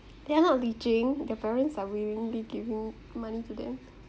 they are not leeching their parents are willingly giving money to them